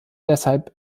deshalb